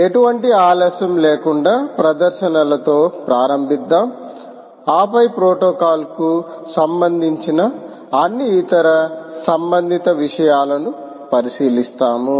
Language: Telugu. ఎటువంటి ఆలస్యం లేకుండా ప్రదర్శనలతో ప్రారంభిద్దాం ఆపై ప్రోటోకాల్కు సంబంధించి అన్ని ఇతర సంబంధిత విషయాలను పరిశీలిస్తాము